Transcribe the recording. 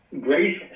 Grace